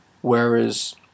Whereas